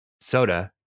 soda